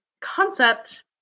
concept